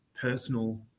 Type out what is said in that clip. personal